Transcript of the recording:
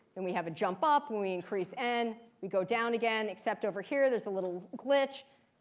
then we have a jump up when we increase n. we go down again, except over here there's a little glitch.